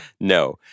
No